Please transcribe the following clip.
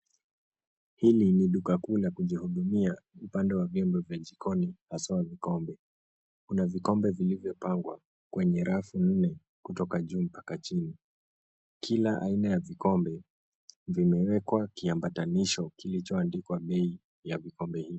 Hili ni duka kuu la kujihudumia upande wa vyombo vya jikoni haswa vikombe. Kuna vikombe vilivyopangwa kwenye rafu nne kutoka juu mpaka chini. Kila aina ya vikombe vimewekwa kiambatanisho kilichoandikwa bei ya vikombe hivi